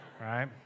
right